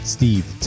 Steve